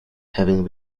having